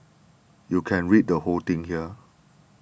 you can read the whole thing here